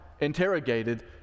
interrogated